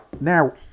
now